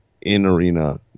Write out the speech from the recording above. in-arena